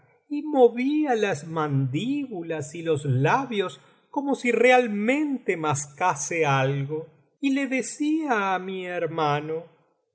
y movía las mandíbulas y los labios como si realmente mascase algo y le decía á mi hermano